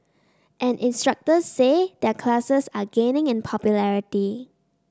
and instructors say their classes are gaining in popularity